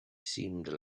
seemed